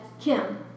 Kim